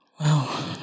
Wow